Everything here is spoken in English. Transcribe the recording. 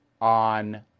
on